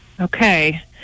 Okay